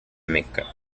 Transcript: maker